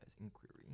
Inquiry